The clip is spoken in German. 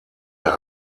der